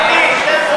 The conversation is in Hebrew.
לישון.